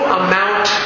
amount